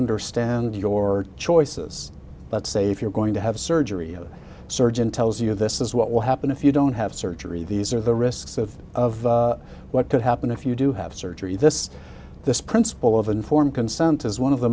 understand your choices but say if you're going to have surgery a surgeon tells you this is what will happen if you don't have surgery these are the risks of of what could happen if you do have surgery this this principle of informed consent is one of the